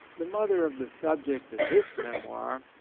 the mother of the subject of this memoir,